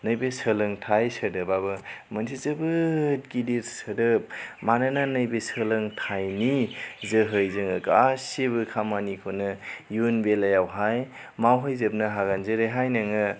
नैबे सोलोंथाइ सोदोबाबो मोनसे जोबोर गिदिर सोदोब मानोना नैबे सोलोंथाइनि जोहै जोङो गासिबो खामानिखौनो इयुन बेलायावहाय मावहै जोबनो हागोन जेरैहाय नोङो